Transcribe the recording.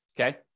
okay